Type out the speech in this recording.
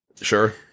Sure